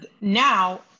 Now